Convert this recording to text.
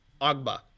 Agba